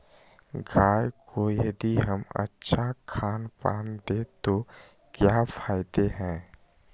गाय को यदि हम अच्छा खानपान दें तो क्या फायदे हैं?